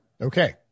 Okay